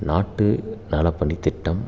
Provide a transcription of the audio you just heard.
நாட்டு நலப்பணி திட்டம்